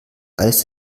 eis